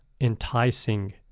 enticing